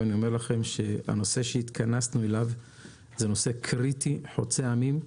ואני אומר לכם הנושא שהתכנסנו אליו הוא נושא קריטי חוצה עמים.